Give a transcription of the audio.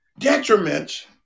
detriments